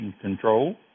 control